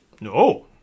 No